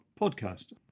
podcast